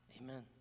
amen